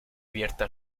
abierta